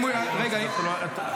אם הוא --- אנחנו לא.